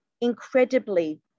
incredibly